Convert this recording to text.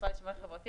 מהמשרד לשוויון חברתי,